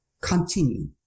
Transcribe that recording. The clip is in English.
continue